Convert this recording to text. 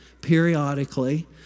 periodically